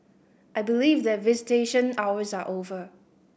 I believe that visitation hours are over